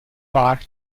park